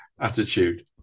attitude